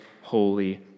holy